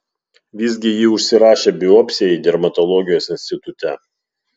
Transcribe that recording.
visgi ji užsirašė biopsijai dermatologijos institute